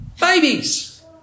babies